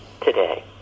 today